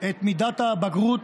את מידת הבגרות,